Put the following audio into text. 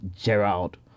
Gerald